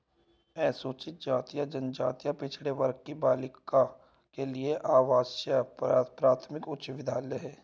अनुसूचित जाति जनजाति पिछड़े वर्ग की बालिकाओं के लिए आवासीय प्राथमिक उच्च विद्यालय है